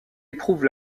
éprouve